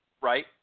right